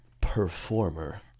performer